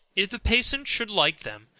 if the patient should like them,